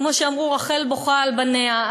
כמו שאמרו, רחל בוכה על בניה.